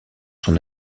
son